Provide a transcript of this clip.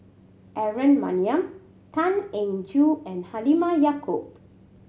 Aaron Maniam Tan Eng Joo and Halimah Yacob